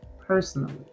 personally